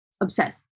obsessed